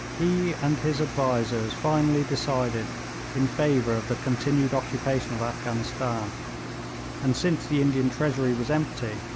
he and his advisers finally decided in favour of the continued occupation of afghanistan and since the indian treasury was empty,